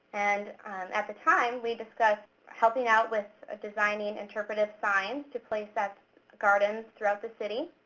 and at the time, we discussed helping out with ah designing interpretive signs to place at gardens throughout the city.